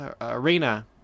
Arena